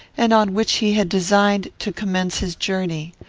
and on which he had designed to commence his journey.